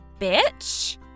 Bitch